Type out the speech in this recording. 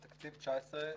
תקציב 19'